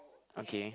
okay